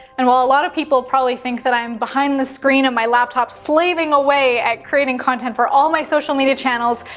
and while a lot of people probably think that i'm behind the screen at my laptop slaving away at creating content for all my social media channels,